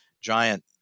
giant